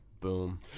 Boom